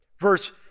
verse